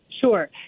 Sure